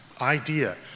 idea